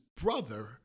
brother